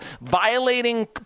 violating